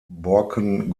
borken